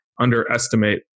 underestimate